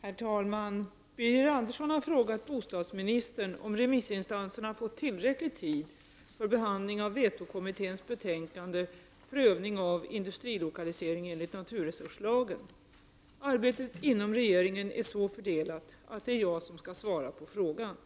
Herr talman! Birger Andersson har frågat bostadsministern om remissinstanserna har fått tillräcklig tid för behandling av vetokommitténs betänkande Prövning av industrilokalisering enligt naturresurslagen. Arbetet inom regeringen är så fördelat att det är jag som skall svara på frågan.